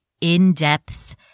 in-depth